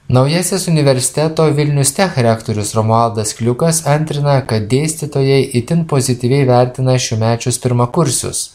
naujasis universiteto vilnius tech rektorius romualdas kliukas antrina kad dėstytojai itin pozityviai vertina šiųmečius pirmakursius